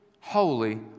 holy